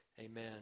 Amen